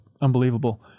unbelievable